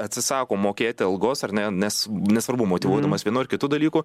atsisako mokėti algos ar ne nes nesvarbu motyvuodamas vienu ar kitu dalyku